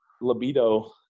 libido